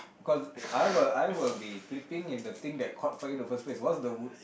cause I will I will be flipping if the thing that caught fire in the first place what's the wood